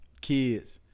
kids